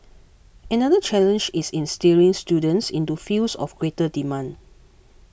another challenge is in steering students into fields of greater demand